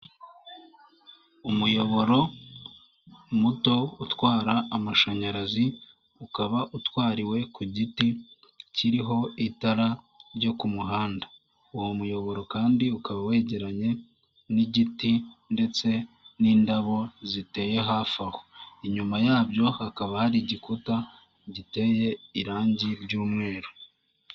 Umuyoboro muto utwara amashanyarazi ukaba utwariwe ku giti kiriho itara ryo ku muhanda, uwo muyoboro kandi ukaba wegeranye n'igiti ndetse n'indabo ziteye hafi aho inyuma yabyo hakaba hari igikuta giteye irangi ry'umweru.